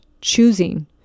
choosing